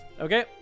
Okay